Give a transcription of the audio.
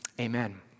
Amen